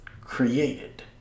created